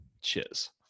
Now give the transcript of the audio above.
cheers